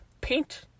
paint